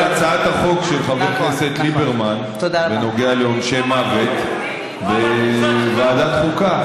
יש הצעת חוק של חבר הכנסת ליברמן בנוגע לעונשי מוות בוועדת חוקה.